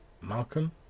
Malcolm